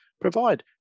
provide